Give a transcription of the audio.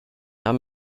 haben